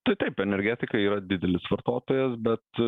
tai taip energetika yra didelis vartotojas bet